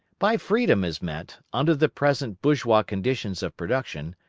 by freedom is meant, under the present bourgeois conditions of production,